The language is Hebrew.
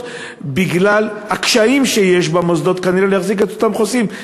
בגלל הקשיים שיש כנראה למוסדות להחזיק את אותם חוסים,